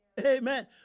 Amen